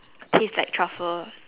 taste like truffle